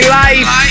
life